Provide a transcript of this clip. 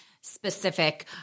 specific